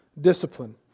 discipline